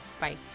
bye